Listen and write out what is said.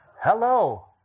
Hello